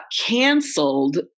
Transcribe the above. canceled